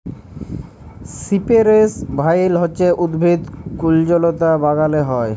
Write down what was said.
সিপেরেস ভাইল হছে উদ্ভিদ কুল্জলতা বাগালে হ্যয়